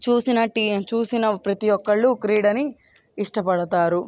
చూసిన టీ చూసిన ప్రతి ఒక్కరు క్రీడని ఇష్టపడతారు